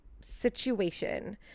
situation